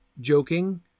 joking